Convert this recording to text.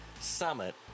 summit